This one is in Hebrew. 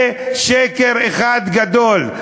זה שקר אחד גדול.